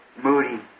moody